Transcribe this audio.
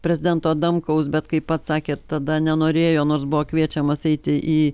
prezidento adamkaus bet kaip pats sakė tada nenorėjo nors buvo kviečiamas eiti į